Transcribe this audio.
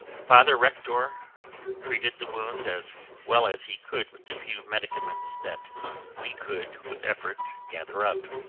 father rektor treated the wounds as well as he could with the few medicaments that we could, with effort, gather up.